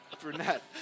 Brunette